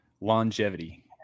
longevity